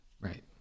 Right